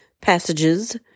passages